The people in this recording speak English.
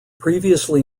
previously